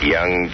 Young